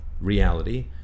reality